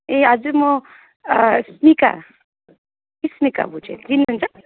ए हजुर म स्निका इस्निका भुजेल चिन्नुहुन्छ